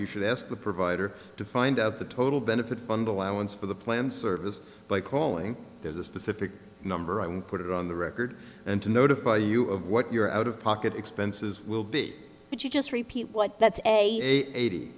you should ask the provider to find out the total benefit fundal allan's for the plan service by calling there's a specific number and put it on the record and to notify you of what your out of pocket expenses will be but you just repeat what that a eighty eight